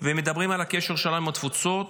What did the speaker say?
ומדברים על הקשר שלנו עם התפוצות,